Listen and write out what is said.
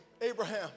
Abraham